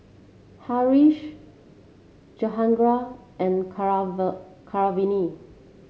Haresh Jehangirr and Keeravani